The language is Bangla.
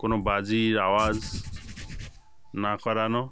কোনো বাজির আওয়াজ না করানো